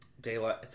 Daylight